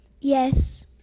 Yes